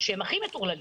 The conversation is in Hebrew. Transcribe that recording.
שהם הכי מטורללים,